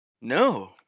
No